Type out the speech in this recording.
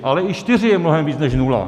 Ale i čtyři je mnohem víc než nula.